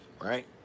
right